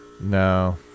no